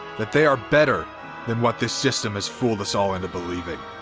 that they are better than what this system has fooled us all into believing.